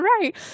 right